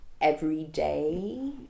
everyday